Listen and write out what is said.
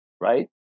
Right